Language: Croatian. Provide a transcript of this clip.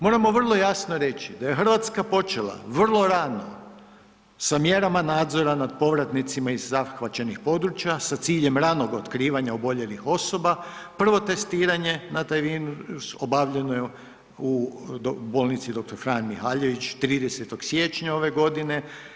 Moramo vrlo jasno reći da je Hrvatska počela vrlo rano sa mjerama nadzora nad povratnicima iz zahvaćenih područja sa ciljem ranog otkrivanja oboljelih osoba, prvo testiranje na taj virus, obavljeno je u bolnici dr. Fran Mihaljević 30. siječnja ove godine.